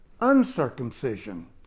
uncircumcision